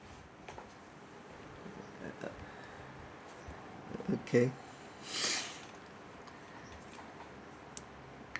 okay